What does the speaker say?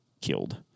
killed